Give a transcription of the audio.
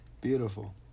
beautiful